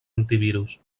antivirus